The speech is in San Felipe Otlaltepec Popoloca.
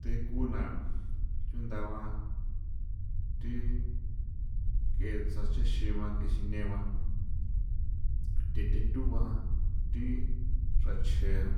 The ku na chundha ba thi ke xrachexi ba ke sine ba the thethu ba thi xranche ja